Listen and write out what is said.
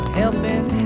helping